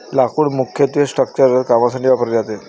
लाकूड मुख्यत्वे स्ट्रक्चरल कामांसाठी वापरले जाते